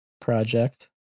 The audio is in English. project